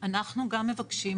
גם מבקשים